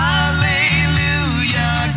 Hallelujah